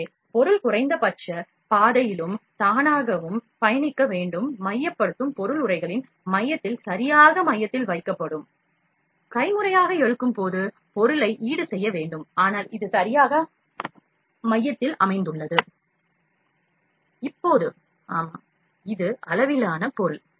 எனவே பொருள் குறைந்தபட்ச பாதையிலும் தானாகவும் பயணிக்க வேண்டும் மையப்படுத்தும் பொருள் உறைகளின் மையத்தில் சரியாக மையத்தில் வைக்கப்படும் கைமுறையாக இழுக்கும்போது பொருளை ஈடுசெய்ய வேண்டும் ஆனால் இது சரியாக மையத்தில் அமைந்துள்ளது இப்போது இது அளவிலான பொருள்